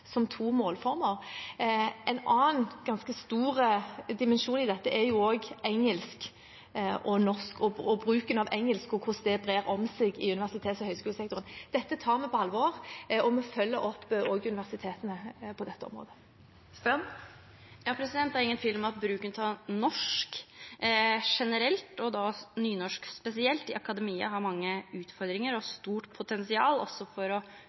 som to målformer. En annen, ganske stor, dimensjon i dette er bruken av engelsk i universitets- og høyskolesektoren. Dette tar vi på alvor, og vi følger også opp universitetene på dette området. Det er ingen tvil om at bruken av norsk generelt, og nynorsk spesielt, i akademia har mange utfordringar og stort potensial for å